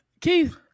Keith